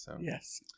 Yes